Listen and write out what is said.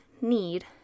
need